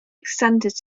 extended